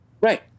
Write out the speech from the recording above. Right